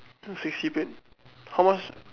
sixty plate how much